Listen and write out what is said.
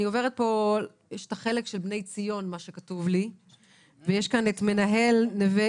בנושא בני ציון נמצאים פה מנהל נווה